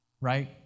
right